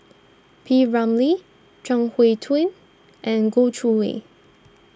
P Ramlee Chuang Hui Tsuan and Goh Chiew Lye